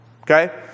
Okay